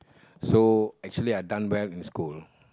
so actually I done well in school